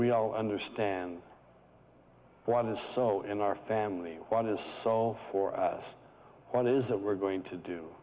we all understand one is so in our family one is so for us one is that we're going to do